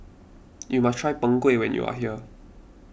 you must try Png Kueh when you are here